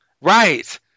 Right